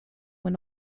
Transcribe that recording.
were